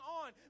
on